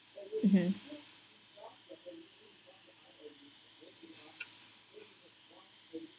mmhmm